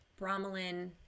bromelain